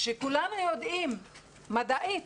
כולנו יודעים מדעית